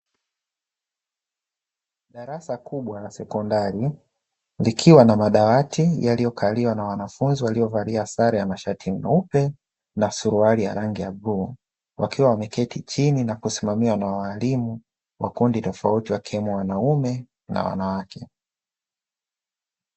Darasa kubwa la sekondari likiwa na madawati yaliyokaliwa na wanafunzi waliovalia sare ya mashati meupe na suruali ya rangi ya bluu, wakiwa wameketi chini na kusimamiwa na waalimu wa kundi tofauti wakiwemo wanaume na wanawake.